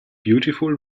beautiful